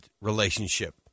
relationship